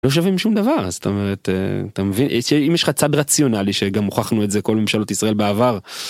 לא שווים שום דבר. זאת אומרת אתה מבין אם יש לך צד רציונלי שגם הוכחנו את זה כל ממשלות ישראל בעבר.